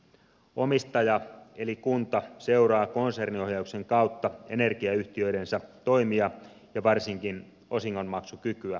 omistaja eli kunta seuraa konserniohjauksen kautta energiayhtiöidensä toimia ja varsinkin osingonmaksukykyä